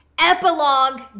Epilogue